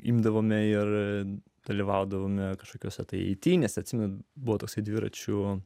imdavome ir dalyvaudavome kažkokios ateityje nes atsimenu buvo tasai dviračiu